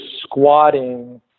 squatting